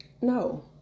No